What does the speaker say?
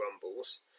grumbles